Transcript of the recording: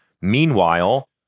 Meanwhile